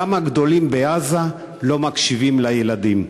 גם הגדולים בעזה לא מקשיבים לילדים.